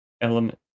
element